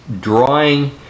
drawing